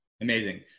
amazing